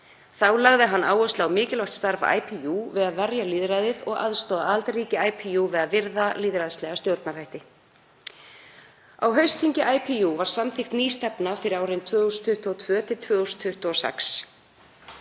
Þá lagði hann áherslu á mikilvægt starf IPU við að verja lýðræðið og aðstoða aðildarríki sambandsins við að virða lýðræðislega stjórnhætti. Á haustþingi IPU var samþykkt ný stefna fyrir árin 2022–2026.